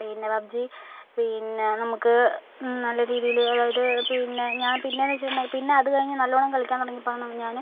പിന്നെ PUBG പിന്നെ നമുക്ക് നല്ല രീതിയിൽ അതായത് പിന്നെ ഞാൻ പിന്നെയെന്നുവെച്ചിട്ടുണ്ടേ പിന്നെ അത് കഴിഞ്ഞ് നല്ലവണ്ണം കളിക്കാൻ തുടങ്ങിയപ്പോളാണ് ഞാൻ